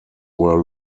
were